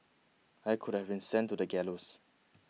I could have been sent to the gallows